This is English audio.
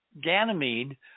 Ganymede